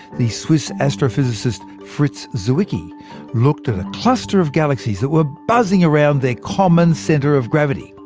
the swiss astrophysicist fritz zwicky looked at a cluster of galaxies that were buzzing around their common centre of gravity.